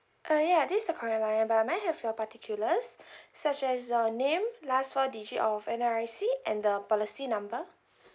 uh ya this is the correct line but may I have your particulars such as your name last four digit of N_R_I_C and the policy number